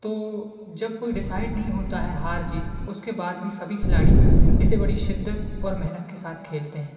तो जब कोई डिसाइड नहीं होता है हार जीत उसके बाद भी सभी खिलाड़ी इसे बड़ी शिद्दत और मेहनत के साथ खेलते हैं